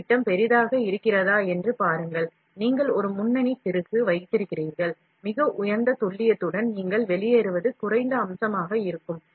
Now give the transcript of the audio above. முனை விட்டம் பெரிதாக இருக்கிறதா என்று பாருங்கள் நீங்கள் ஒரு முன்னணி திருகு வைக்கிறீர்கள் மிக உயர்ந்த துல்லியத்துடன் நீங்கள் வெளியேறுவது குறைந்த அம்சமாக இருக்கும்